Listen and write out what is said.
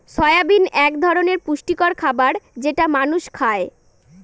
soybean এক ধরনের পুষ্টিকর খাবার যেটা মানুষ খায়